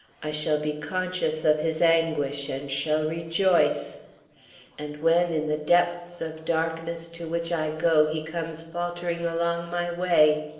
i shall be conscious of his anguish and shall rejoice and when in the depths of darkness to which i go he comes faltering along my way